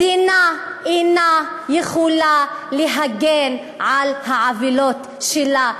מדינה אינה יכולה להגן על העוולות שלה.